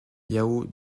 yao